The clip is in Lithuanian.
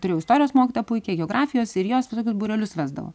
turėjau istorijos mokytoją puikią geografijos ir jos visokius būrelius vesdavo